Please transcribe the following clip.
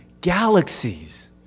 galaxies